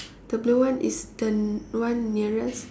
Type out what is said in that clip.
the blue one is the one nearest